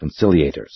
Conciliators